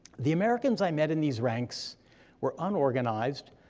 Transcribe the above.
the americans i met in these ranks were unorganized,